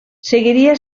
seguiria